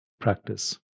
practice